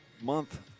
month